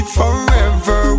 forever